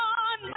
on